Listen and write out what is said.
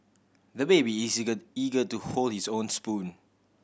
the baby is eager eager to hold his own spoon